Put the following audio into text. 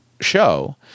show